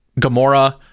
Gamora